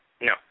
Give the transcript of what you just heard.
No